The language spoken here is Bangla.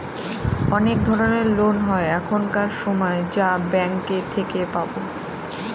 অনেক ধরনের লোন হয় এখানকার সময় যা ব্যাঙ্কে থেকে পাবো